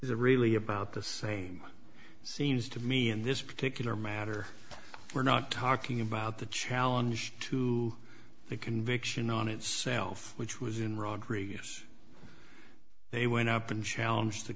the really about the same seems to me in this particular matter we're not talking about the challenge to the conviction on itself which was in rodrigues they went up and challenge the